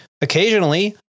occasionally